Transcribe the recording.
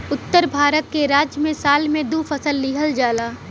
उत्तर भारत के राज्य में साल में दू फसल लिहल जाला